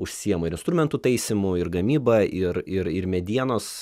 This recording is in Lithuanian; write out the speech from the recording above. užsiima ir instrumentų taisymu ir gamyba ir ir ir medienos